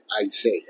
Isaiah